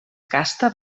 casta